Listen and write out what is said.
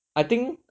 I think